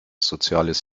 soziales